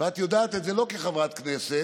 ואת יודעת את זה לא כחברת כנסת